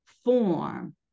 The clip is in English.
form